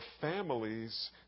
families